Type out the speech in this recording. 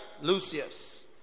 Lucius